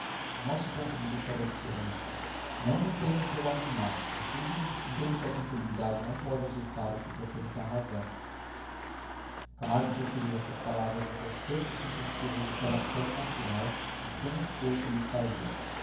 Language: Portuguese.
o nosso ponto de vista era diferente não me tenho por homem mau contudo entendo que a sensibilidade não pode usurpar o que pertence à razão camargo proferiu estas palavras no tom seco e sentencioso que tão natural e sem esforço lhe saía